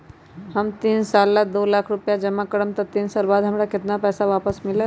हम तीन साल ला दो लाख रूपैया जमा करम त तीन साल बाद हमरा केतना पैसा वापस मिलत?